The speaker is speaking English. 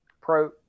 pro